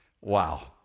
Wow